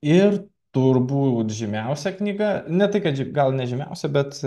ir turbūt žymiausia knyga ne tai kad gal ne žymiausia bet